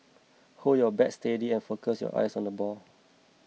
hold your bat steady and focus your eyes on the ball